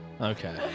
Okay